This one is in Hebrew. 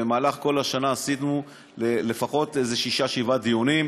במהלך כל השנה עשינו לפחות שישה-שבעה דיונים,